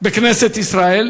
בכנסת ישראל,